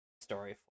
story